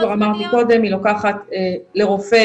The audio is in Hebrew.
ההתמחות כמו שאמרתי קודם לוקחת לרופא